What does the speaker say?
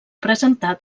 presentar